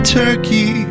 turkey